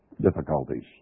difficulties